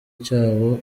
cyabo